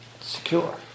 secure